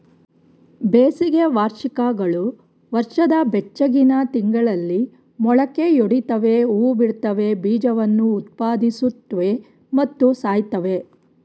ಬೇಸಿಗೆ ವಾರ್ಷಿಕಗಳು ವರ್ಷದ ಬೆಚ್ಚಗಿನ ತಿಂಗಳಲ್ಲಿ ಮೊಳಕೆಯೊಡಿತವೆ ಹೂಬಿಡ್ತವೆ ಬೀಜವನ್ನು ಉತ್ಪಾದಿಸುತ್ವೆ ಮತ್ತು ಸಾಯ್ತವೆ